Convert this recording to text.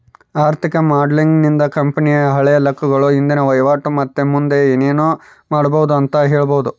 ಆರ್ಥಿಕ ಮಾಡೆಲಿಂಗ್ ನಿಂದ ಕಂಪನಿಯ ಹಳೆ ಲೆಕ್ಕಗಳು, ಇಂದಿನ ವಹಿವಾಟು ಮತ್ತೆ ಮುಂದೆ ಏನೆನು ಮಾಡಬೊದು ಅಂತ ಹೇಳಬೊದು